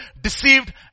deceived